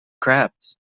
crabs